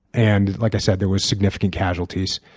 and like i said, there were significant casualties.